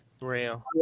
real